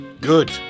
Good